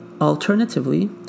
Alternatively